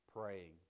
Praying